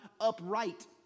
upright